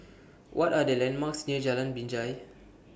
What Are The landmarks near Jalan Binjai